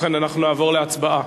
נעבור להצבעה.